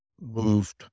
moved